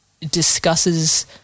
discusses